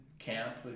camp